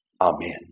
Amen